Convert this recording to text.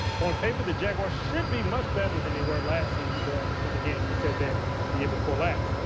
on paper the jaguars should be much better than they were last season but, then again, we said that the year before last.